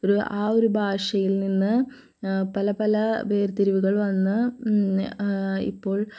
ഒരു ആ ഒരു ഭാഷയിൽ നിന്ന് പല പല വേർതിരിവുകൾ വന്ന് ഇപ്പോൾ